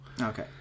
Okay